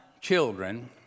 children